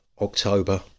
October